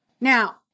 Now